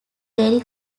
very